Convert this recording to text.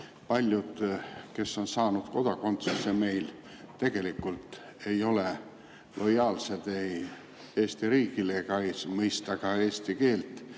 paljud, kes on saanud kodakondsuse meil, tegelikult ei ole lojaalsed Eesti riigile ega mõista ka eesti keelt.